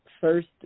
first